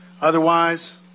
Otherwise